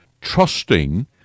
trusting